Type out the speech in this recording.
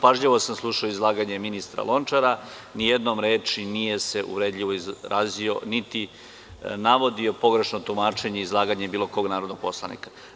Pažljivo sam slušao izlaganje ministra Lončara, ni jednom reči se nije uvredljivo izrazio, niti navodio pogrešno tumačenje izlaganja bilo kog narodnog poslanika.